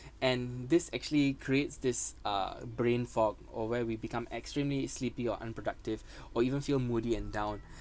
and this actually creates this uh brain fog or where we become extremely sleepy or unproductive or even feel moody and down